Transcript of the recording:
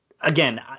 again